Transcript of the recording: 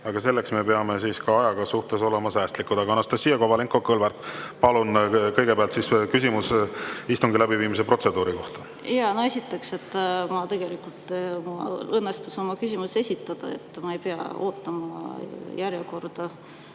Aga selleks peame aja suhtes olema säästlikud. Anastassia Kovalenko-Kõlvart, palun kõigepealt küsimus istungi läbiviimise protseduuri kohta. Jaa, esiteks, mul tegelikult õnnestus oma küsimus esitada, ma ei pea ootama järjekorda,